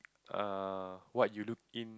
err what you look in